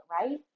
right